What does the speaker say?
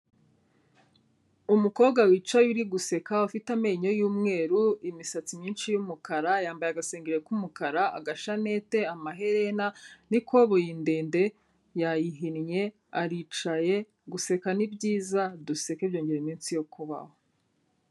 Umukobwa wicaye uri guseka ufite amenyo y'umweru, imisatsi myinshi y'umukara, yambaye agasengeri k'umukara, agashanete, amaherena n'ikobuye ndende yayihinnye aricaye guseka ni byiza duseke byongera iminsi yo kubaho.